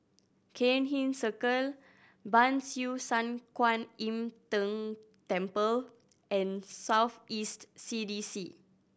Cairnhill Circle Ban Siew San Kuan Im Tng Temple and South East C D C